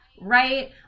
Right